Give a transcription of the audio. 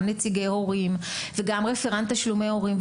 נציגי הורים וגם רפרנט תשלומי הורים.